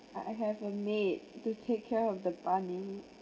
I have a need to take care of the bunny